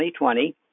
2020